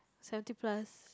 seventy plus